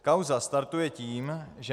Kauza startuje tím, že